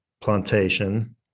plantation